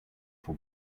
for